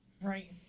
right